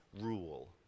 rule